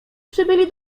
przybyli